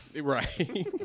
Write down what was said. Right